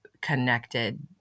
Connected